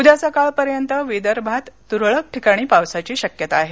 उद्या सकाळपर्यंत विदर्भात तुरळक ठिकाणी पावसाची शक्यता आहे